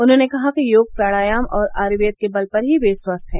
उन्होंने कहा कि योग प्रणायाम और आयुर्वेद के बल पर ही ये स्वस्थ हैं